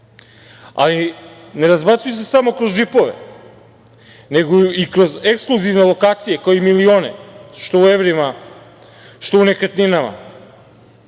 Ali, ne razbacuju se samo kroz džipove, nego i kroz ekskluzivne lokacije, kao i miline, što u evrima, što u nekretninama. Taj